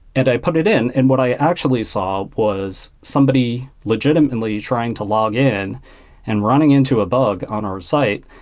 and i put it in, and what i actually saw was somebody legitimately trying to log in and running into a bug on our site.